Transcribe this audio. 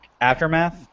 Aftermath